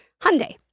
Hyundai